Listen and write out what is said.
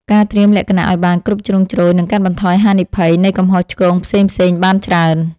ការត្រៀមលក្ខណៈឱ្យបានគ្រប់ជ្រុងជ្រោយនឹងកាត់បន្ថយហានិភ័យនៃកំហុសឆ្គងផ្សេងៗបានច្រើន។